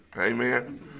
Amen